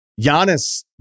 Giannis